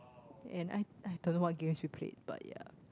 and I I don't know what games we played but ya